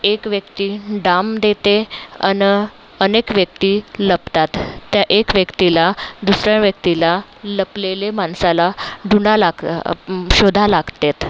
एक व्यक्ती डाम देते आणि अनेक व्यक्ती लपतात त्या एक व्यक्तीला दुसऱ्या व्यक्तीला लपलेले माणसाला धुंडा लाक शोधा लागतेत